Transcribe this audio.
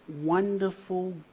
wonderful